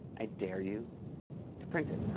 i dare you to print it.